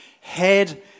head